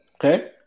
Okay